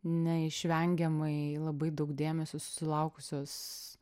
neišvengiamai labai daug dėmesio susilaukusios